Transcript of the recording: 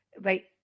right